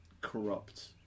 corrupt